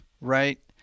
right